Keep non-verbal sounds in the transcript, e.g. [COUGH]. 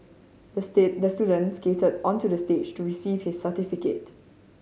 the [UNINTELLIGIBLE] the student skated onto the stage to receive his certificate